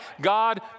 God